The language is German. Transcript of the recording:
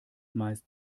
meist